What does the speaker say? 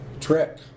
trick